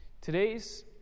Today's